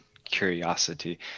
Curiosity